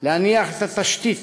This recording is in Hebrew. להניח את התשתית